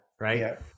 Right